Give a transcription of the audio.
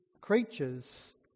creatures